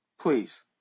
Please